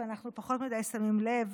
ואנחנו פחות מדי שמים לב,